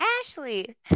ashley